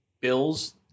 Bills